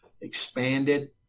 expanded